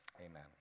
Amen